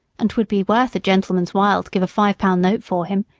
and twould be worth a gentleman's while to give a five-pound note for him,